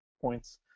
points